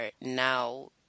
now